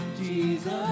Jesus